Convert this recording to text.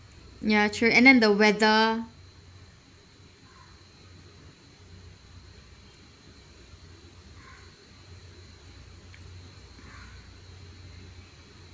ya true and then the weather